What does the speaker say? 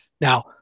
Now